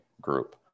group